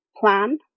plan